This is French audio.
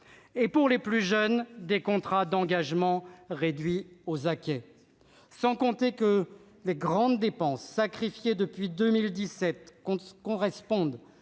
et, pour les jeunes, des contrats d'engagement réduits aux acquêts. Sans compter que les grandes dépenses sacrifiées depuis 2017 correspondent